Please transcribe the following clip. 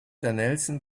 nelson